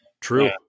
True